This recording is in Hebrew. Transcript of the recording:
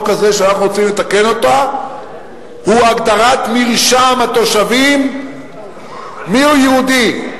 הזה היא הגדרת מרשם התושבים מיהו יהודי,